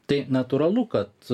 tai natūralu kad